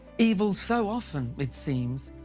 evil so often, it seems,